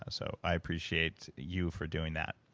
ah so i appreciate you for doing that